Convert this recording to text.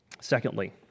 Secondly